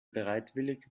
bereitwillig